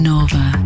Nova